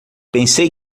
pensei